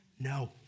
no